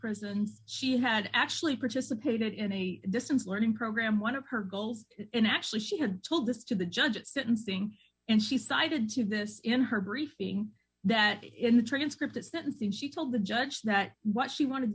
prisons she had actually participated in a distance learning program one of her goals and actually she had told this to the judge at sentencing and she cited to this in her briefing that in the transcript it's that instance she told the judge that what she wanted to